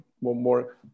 more